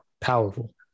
powerful